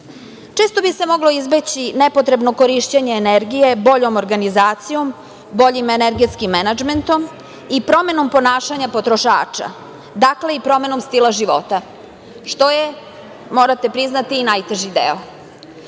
Često bi se moglo izbeći nepotrebno korišćenje energije boljom organizacijom, boljim energetskim menadžmentom i promenom ponašanja potrošača, dakle, i promenom stila života, što je, morate priznati, i najteži deo. Da